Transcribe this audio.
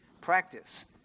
practice